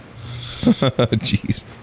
Jeez